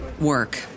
work